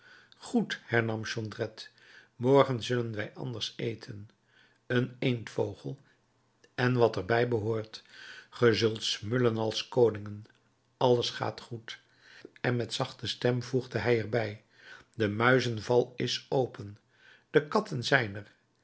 goed hernam jondrette morgen zullen wij anders eten een eendvogel en wat er bij behoort ge zult smullen als koningen alles gaat goed en met zachte stem voegde hij er bij de muizenval is open de katten zijn er